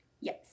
Yes